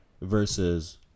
versus